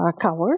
Covered